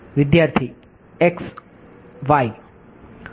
વિદ્યાર્થી x y